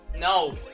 No